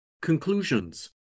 Conclusions